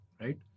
Right